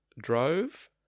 drove